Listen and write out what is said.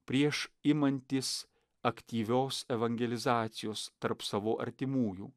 prieš imantis aktyvios evangelizacijos tarp savo artimųjų